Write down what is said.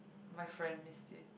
my friend Misty